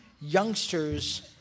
youngsters